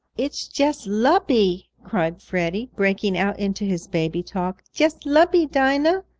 it's just lubby! cried freddie, breaking out into his baby talk. just lubby, dinah!